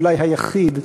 אולי היחיד,